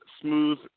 smooth